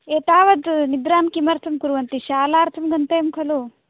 एतावत् निद्रां किमर्थं कुर्वन्ति शालार्थं गन्तव्यं खलु